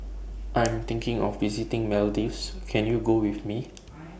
I Am thinking of visiting Maldives Can YOU Go with Me